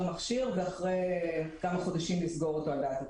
מכשיר ואחרי כמה חודשים לסגור אותו על דעת עצמו.